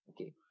Okay